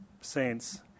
saints